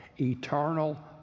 eternal